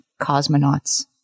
cosmonauts